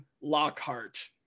Lockhart